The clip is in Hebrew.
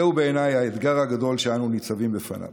זהו בעיניי האתגר הגדול שאנו ניצבים בפניו.